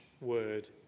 word